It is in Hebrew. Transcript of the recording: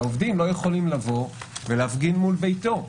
והעובדים לא יכולים לבוא ולהפגין מול ביתו.